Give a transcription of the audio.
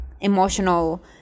emotional